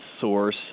source